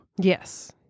Yes